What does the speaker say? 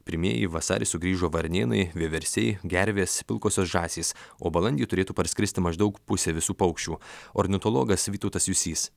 pirmieji vasarį sugrįžo varnėnai vieversiai gervės pilkosios žąsys o balandį turėtų parskristi maždaug pusė visų paukščių ornitologas vytautas jusys